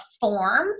form